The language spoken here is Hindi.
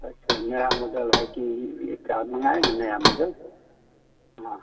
अच्छा नया मॉडल है कि यह क्या मंगाए हैं नया मॉडल हाँ